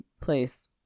place